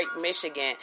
michigan